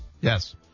Yes